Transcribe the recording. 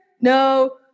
No